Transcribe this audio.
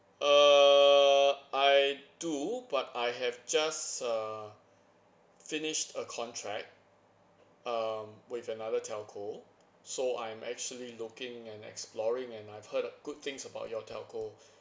err I do but I have just err finish a contract um with another telco so I'm actually looking and exploring and I've heard a good things about your telco